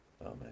Amen